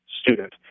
student